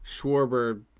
Schwarber